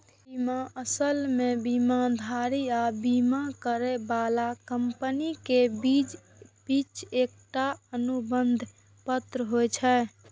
बीमा असल मे बीमाधारक आ बीमा करै बला कंपनी के बीच एकटा अनुबंध पत्र होइ छै